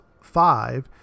five